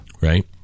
Right